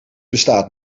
bestaat